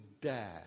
dare